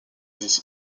this